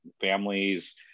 families